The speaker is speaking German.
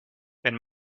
wenn